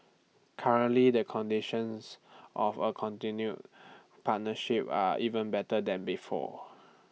currently the conditions of A continued partnership are even better than before